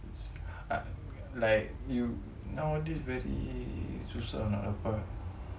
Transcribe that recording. like you nowadays very susah ah nak dapat